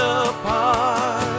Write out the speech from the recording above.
apart